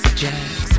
jazz